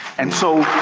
and so,